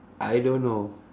I don't know